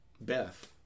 Beth